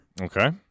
Okay